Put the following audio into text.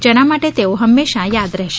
જેના માટે તેઓ હંમેશા યાદ રહેશે